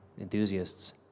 enthusiasts